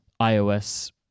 ios